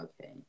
Okay